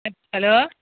hello